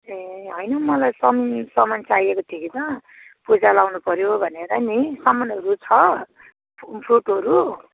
ए होइन मलाई समि सामान चाहिएको थियो कि त पूजा लगाउनु पऱ्यो भनेर नि सामानहरू छ फ्रुटहरू